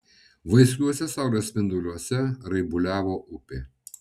vaiskiuose saulės spinduliuose raibuliavo upė